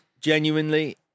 genuinely